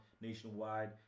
nationwide